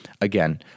Again